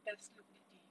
best look that day